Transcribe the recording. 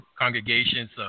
congregations